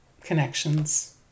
connections